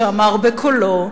שאמר בקולו,